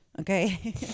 Okay